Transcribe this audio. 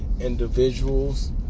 individuals